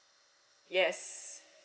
yes